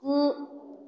गु